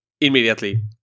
Immediately